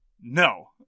No